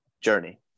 journey